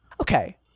okay